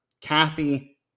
Kathy